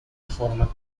forma